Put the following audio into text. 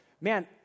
man